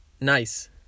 nice